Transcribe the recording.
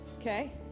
okay